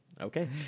Okay